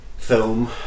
Film